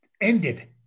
ended